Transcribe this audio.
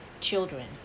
children